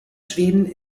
schweden